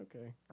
okay